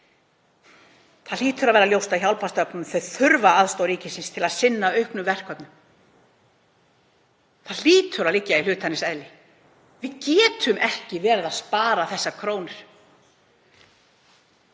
Það hlýtur að vera ljóst að hjálparstofnanir þurfa aðstoð ríkisins til að sinna auknum verkefnum. Það hlýtur að liggja í hlutarins eðli. Við getum ekki verið að spara þessar krónur.